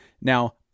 Now